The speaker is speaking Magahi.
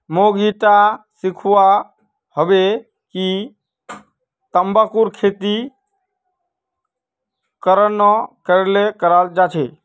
मोक ईटा सीखवा हबे कि तंबाकूर खेती केरन करें कराल जाबे